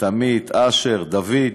את עמית, אשר, דוד,